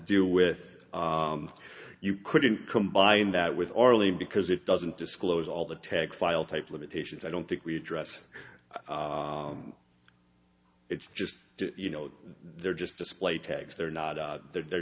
deal with you couldn't combine that with orally because it doesn't disclose all the tax file type limitations i don't think we address it's just you know they're just display tags they're not out there they're